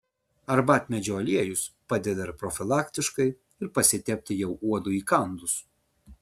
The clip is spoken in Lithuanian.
arbatmedžio aliejus padeda ir profilaktiškai ir pasitepti jau uodui įkandus